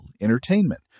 entertainment